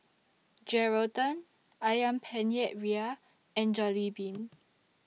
Geraldton Ayam Penyet Ria and Jollibean